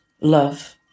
love